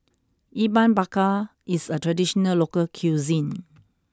Ikan Bakar is a traditional local cuisine